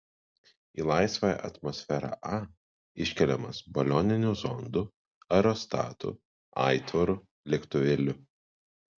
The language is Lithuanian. į laisvąją atmosferą a iškeliamas balioninių zondų aerostatų aitvarų lėktuvėlių